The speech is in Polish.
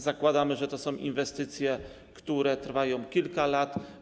Zakładamy, że to są inwestycje, które trwają kilka lat.